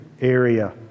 area